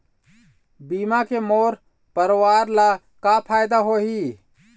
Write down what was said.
बीमा के मोर परवार ला का फायदा होही?